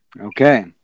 okay